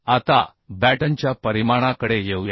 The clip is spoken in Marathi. आता बॅटनच्या परिमाणाकडे येऊया